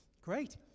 Great